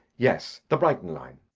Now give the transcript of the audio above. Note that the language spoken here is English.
yes. the brighton line.